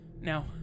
Now